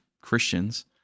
Christians